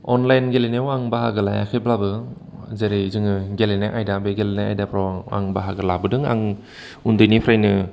online गेलेनायाव आं बाहागो लायाखैब्लाबो जेरै जोङो गेलेनाय आयदा बे गेलेनाय आयदाफ्राव आं बाहागो लाबोदों आं उन्दैनिफ्रायनो